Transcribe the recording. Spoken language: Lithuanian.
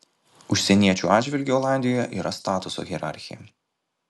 užsieniečių atžvilgiu olandijoje yra statuso hierarchija